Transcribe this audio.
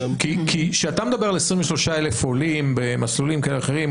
כשאתה מדבר על 23,000 עולים במסלולים כאלה ואחרים,